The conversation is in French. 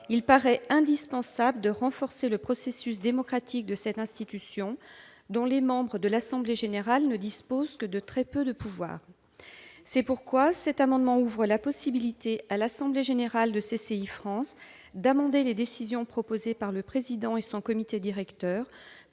il paraît indispensable de renforcer le processus démocratique de cette institution- les membres de son assemblée générale ne disposent aujourd'hui que de très peu de pouvoirs. C'est pourquoi cet amendement ouvre la possibilité pour l'assemblée générale de CCI France d'amender les décisions proposées par le président et son comité directeur